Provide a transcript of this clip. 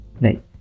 Right